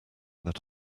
that